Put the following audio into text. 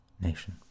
Nation